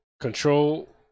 Control